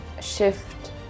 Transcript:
shift